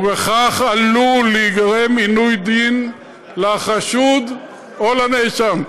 וכך עלול להיגרם עינוי דין לחשוד או לנאשם.